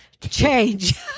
change